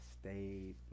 stayed